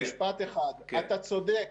אתה צודק.